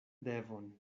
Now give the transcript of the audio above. devon